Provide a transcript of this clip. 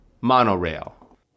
Monorail